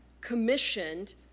commissioned